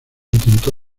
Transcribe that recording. intentó